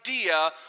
idea